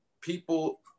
people